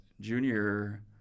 junior